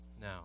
now